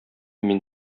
мин